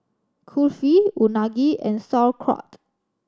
Kulfi Unagi and Sauerkraut